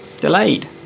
delayed